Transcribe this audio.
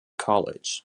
college